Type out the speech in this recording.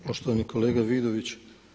Poštovani kolega Vidović.